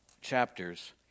chapters